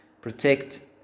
protect